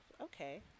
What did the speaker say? okay